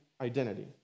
identity